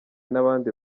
n’abandi